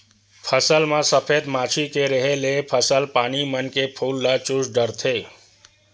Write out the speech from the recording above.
फसल म सफेद मांछी के रेहे ले फसल पानी मन के फूल ल चूस डरथे